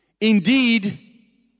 indeed